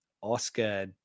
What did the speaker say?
Oscar